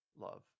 Love